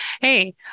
hey